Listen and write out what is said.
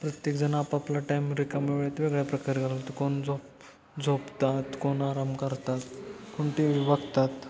प्रत्येकजण आपापला टाईम रिकाम्या वेळेत वेगळ्या प्रकारे घालवतो कोण झोप झोपतात कोण आराम करतात कोण टी वी बघतात